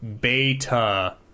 beta